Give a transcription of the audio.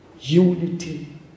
unity